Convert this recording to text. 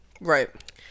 Right